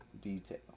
detail